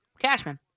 Cashman